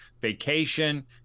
vacation